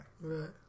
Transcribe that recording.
Right